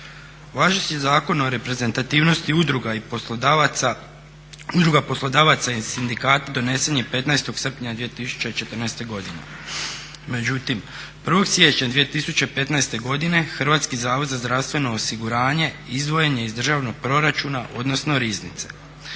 Važeći Zakon o reprezentativnosti udruga poslodavaca i sindikata donesen je 18. srpnja 2014. godine, međutim 1. siječnja 2015. godine HZZO izdvojen je iz državnog proračuna odnosno riznice